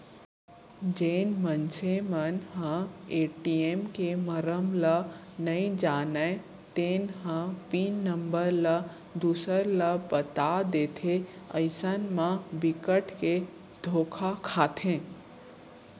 जेन मनसे मन ह ए.टी.एम के मरम ल नइ जानय तेन ह पिन नंबर ल दूसर ल बता देथे अइसन म बिकट के धोखा खाथे